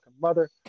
mother